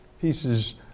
pieces